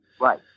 Right